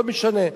לא משנה.